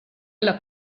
alla